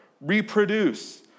reproduce